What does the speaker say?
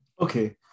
Okay